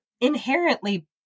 inherently